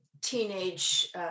teenage